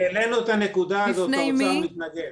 העלינו את הנקודה הזו, האוצר מתנגד.